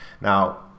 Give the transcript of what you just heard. Now